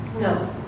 No